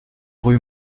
rue